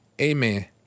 Amen